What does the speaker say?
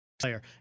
player